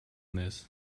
this